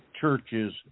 churches